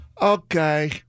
Okay